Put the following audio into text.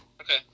Okay